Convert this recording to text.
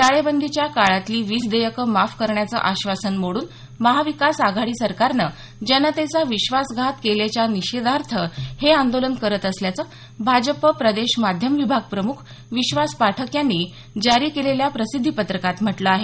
टाळेबंदीच्या काळातली वीज देयकं माफ करण्याचं आश्वासन मोडून महाविकास आघाडी सरकारने जनतेचा विश्वासघात केल्याच्या निषेधार्थ हे आंदोलन करत असल्याचं भाजपा प्रदेश माध्यम विभाग प्रमुख विश्वास पाठक यांनी जारी केलेल्या प्रसिद्धी पत्रकात म्हटल आहे